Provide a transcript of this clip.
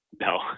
No